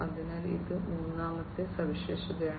അതിനാൽ ഇത് മൂന്നാമത്തെ സവിശേഷതയാണ്